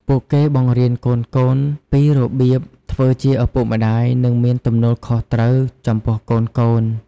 ពួកគេបង្រៀនកូនៗពីរបៀបធ្វើជាឱពុកម្ដាយ និងមានទំនួលខុសត្រូវចំពោះកូនៗ។